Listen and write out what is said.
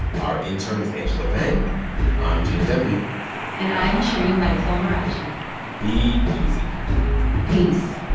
our intern is angela vang i'm gene demby and i'm shereen marisol meraji be easy peace